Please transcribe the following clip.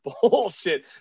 bullshit